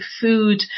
food